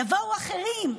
יבואו אחרים".